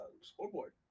scoreboard